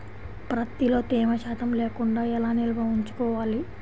ప్రత్తిలో తేమ శాతం లేకుండా ఎలా నిల్వ ఉంచుకోవాలి?